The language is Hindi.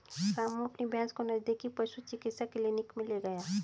रामू अपनी भैंस को नजदीकी पशु चिकित्सा क्लिनिक मे ले गया